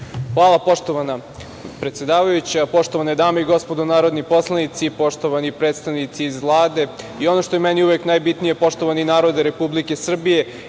Hvala, poštovana predsedavajuća. Poštovane dame i gospodo narodni poslanici, poštovani predstavnici iz Vlade i, ono što je meni najbitnije, poštovani narode Republike Srbije,